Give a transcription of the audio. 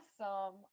awesome